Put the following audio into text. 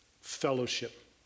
Fellowship